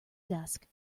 desk